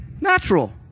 natural